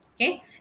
okay